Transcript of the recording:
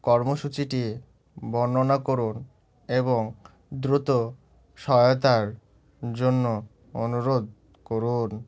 কর্মসূচিটি বর্ণনা করুন এবং দ্রুত সহায়তার জন্য অনুরোধ করুন